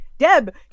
Deb